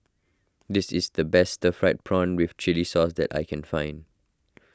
this is the best Stir Fried Prawn with Chili Sauce that I can find